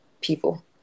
people